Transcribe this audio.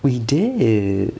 we did